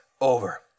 over